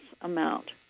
amount